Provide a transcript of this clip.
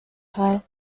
teil